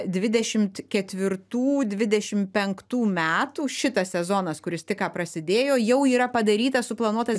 dvidešimt ketvirtų dvidešim penktų metų šitas sezonas kuris tik ką prasidėjo jau yra padarytas suplanuotas